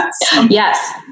Yes